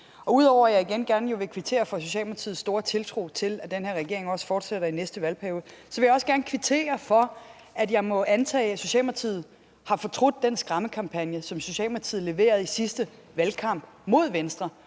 Udover at jeg igen gerne vil kvittere for Socialdemokratiets store tiltro til, at den her regering også fortsætter i næste valgperiode, så vil jeg også gerne kvittere for, at jeg må antage, at Socialdemokratiet har fortrudt den skræmmekampagne, som Socialdemokratiet leverede mod Venstre